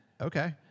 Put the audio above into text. okay